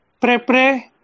Pre-pre